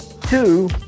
two